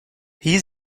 hier